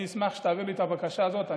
אני אשמח שתעביר לי את הבקשה הזאת.